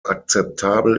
akzeptabel